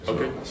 Okay